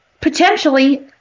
Potentially